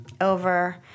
over